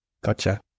Gotcha